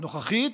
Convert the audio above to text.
הנוכחית,